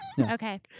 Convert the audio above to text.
okay